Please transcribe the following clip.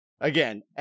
Again